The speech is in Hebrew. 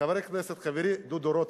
חבר הכנסת חברי דודו רותם,